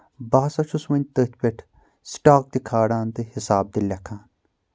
بہٕ ہسا چھُس وۄنۍ تٔتھۍ پؠٹھ سٹاک تہِ کھالان تہٕ حِساب تہِ لیکھان